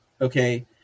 okay